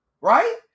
Right